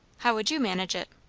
how would you manage it?